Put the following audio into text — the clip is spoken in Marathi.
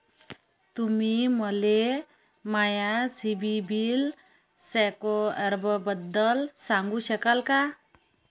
तुम्ही मले माया सीबील स्कोअरबद्दल सांगू शकाल का?